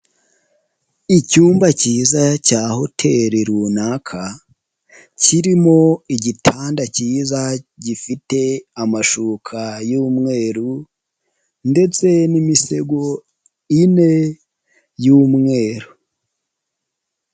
Icyumba cyiza cya hoteli runaka, kirimo igitanda kiza gifite amashuka y'umweru ndetse n'imisego ine y'umweru.